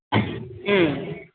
ம்